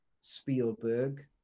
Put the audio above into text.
spielberg